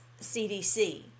CDC